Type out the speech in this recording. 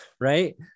Right